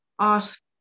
ask